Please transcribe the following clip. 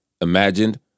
imagined